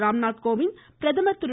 ராம்நாத் கோவிந்த் பிரதமர் திரு